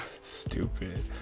stupid